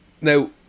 Now